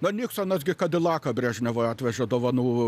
na niksonas gi kadilaką brežnevui atvežė dovanų